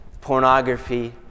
pornography